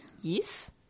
yes